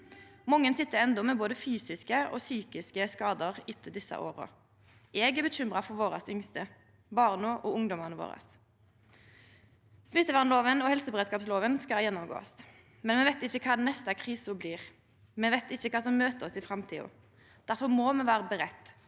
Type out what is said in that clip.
Mange sit framleis med både fysiske og psykiske skadar etter desse åra. Eg er bekymra for våre yngste, barna og ungdomane våre. Smittevernlova og helseberedskapslova skal gjennomgåast, men me veit ikkje kva den neste krisa blir. Me veit ikkje kva som møter oss i framtida. Difor må me vera budde,